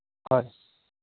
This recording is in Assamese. হয়